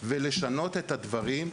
ולשנות את הדברים פנימה.